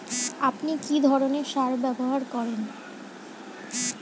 আপনি কী ধরনের সার ব্যবহার করেন?